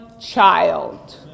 child